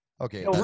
Okay